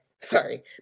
sorry